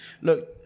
look